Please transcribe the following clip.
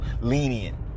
lenient